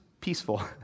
peaceful